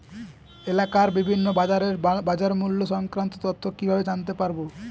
এলাকার বিভিন্ন বাজারের বাজারমূল্য সংক্রান্ত তথ্য কিভাবে জানতে পারব?